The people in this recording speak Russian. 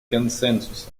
консенсуса